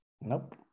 nope